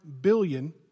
billion